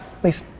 Please